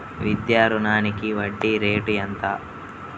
విద్యా రుణానికి వడ్డీ రేటు ఎంత?